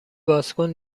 بازکن